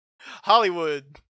Hollywood